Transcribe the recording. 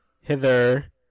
hither